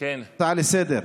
הצעה לסדר.